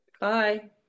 Bye